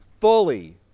fully